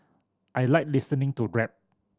I like listening to rap